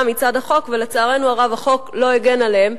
מצד החוק ולצערנו הרב החוק לא הגן עליהם,